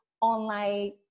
online